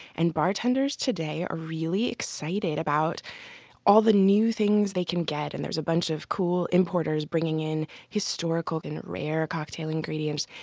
and bartenders today are really excited about all the new things they can get. and there's a bunch of cool importers bringing in historical and rare cocktail ingredients.